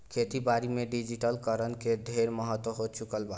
खेती बारी में डिजिटलीकरण के ढेरे महत्व हो चुकल बा